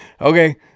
okay